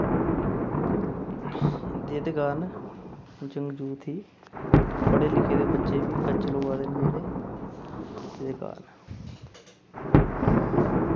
जेह्दे कारण जंग जूथ ही पढ़े लिखे दे बच्चे बी खज्जल होआ दे न जेह्ड़े एह्दे कारण